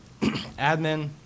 admin